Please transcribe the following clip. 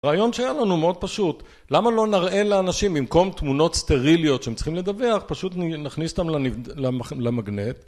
רעיון שהיה לנו מאוד פשוט, למה לא נראה לאנשים במקום תמונות סטריליות שהם צריכים לדווח, פשוט נכניס אותם למגנט?